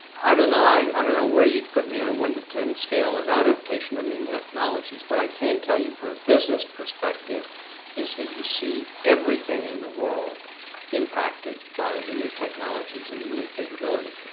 i don't know. i i don't know where you'd put me in a one to ten scale of adaptation and of new technologies. what i can tell you from a business perspective is that you see everything in the world impacted by the new technologies and the new capabilities.